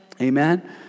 amen